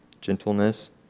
gentleness